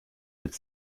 mit